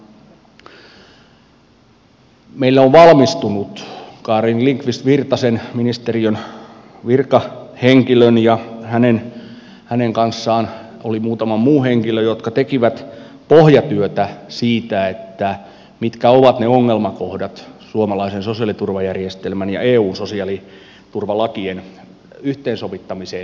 meille on valmistunut carin lindqvist virtasen ministeriön virkahenkilön selvitys ja hänen kanssaan oli muutama muu henkilö jotka tekivät pohjatyötä siitä mitkä ovat ne ongelmakohdat suomalaisen sosiaaliturvajärjestelmän ja eu sosiaaliturvalakien yhteensovittamiseen liittyen